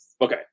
Okay